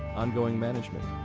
ongoing management,